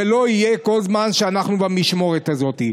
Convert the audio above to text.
זה לא יהיה כל זמן שאנחנו במשמרת הזאת.